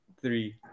three